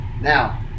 now